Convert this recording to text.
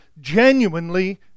genuinely